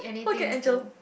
look at Angle